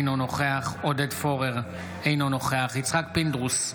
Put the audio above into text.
אינו נוכח עודד פורר, אינו נוכח יצחק פינדרוס,